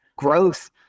growth